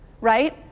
Right